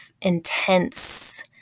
intense